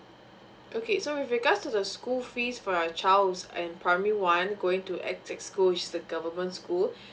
okay so with regards to the school fees for your child's at primary one going to X X school which is the government school